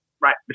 right